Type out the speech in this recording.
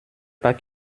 pas